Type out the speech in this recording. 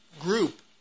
group